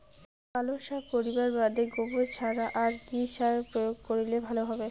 পালং শাক করিবার বাদে গোবর ছাড়া আর কি সার প্রয়োগ করিলে ভালো হবে?